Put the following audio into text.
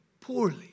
poorly